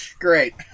Great